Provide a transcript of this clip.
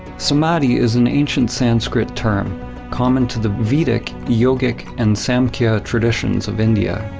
samadhi is an ancient sanskrit term common to the vedic yogic and samkhya traditions of india,